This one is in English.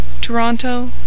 Toronto